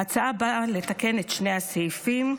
ההצעה באה לתקן את שני הסעיפים.